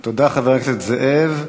תודה, חבר הכנסת זאב.